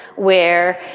where,